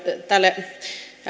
tälle